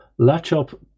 Latchup